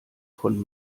von